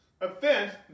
offense